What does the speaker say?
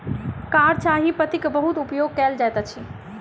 कारी चाह पत्तीक बहुत उपयोग कयल जाइत अछि